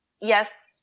yes